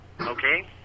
okay